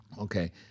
okay